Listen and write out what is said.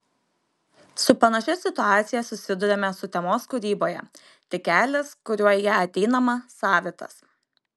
su panašia situacija susiduriame sutemos kūryboje tik kelias kuriuo į ją ateinama savitas